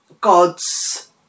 God's